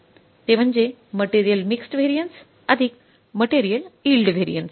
ते म्हणजे material mixed variance material yield variance